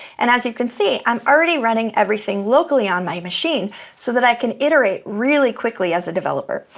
and as you can see, i'm already running everything locally on my machine so that i can iterate really quickly as a developer.